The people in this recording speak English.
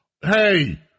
Hey